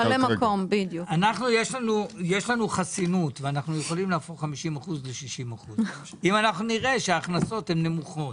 אנחנו יכולים להפוך 50% ל-60% אם נראה שההכנסות הן נמוכות.